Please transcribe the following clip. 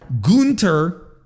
Gunter